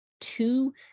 two